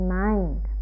mind